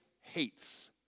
hates